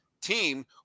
team